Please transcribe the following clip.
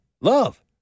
love